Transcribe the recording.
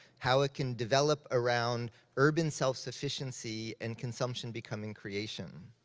how it can develop around urban self-sufficiency, and consumption becoming creation.